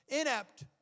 inept